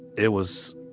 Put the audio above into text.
it was,